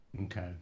okay